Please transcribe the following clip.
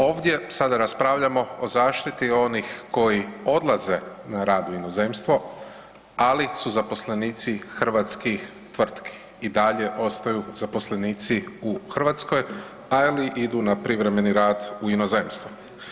Ovdje sada raspravljamo o zaštiti onih koji odlaze na rad u inozemstvo ali su zaposlenici hrvatskih tvrtki i dalje ostaju zaposlenici u Hrvatskoj ali idu na privremeni rad u inozemstvo.